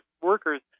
workers